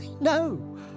no